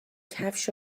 کفش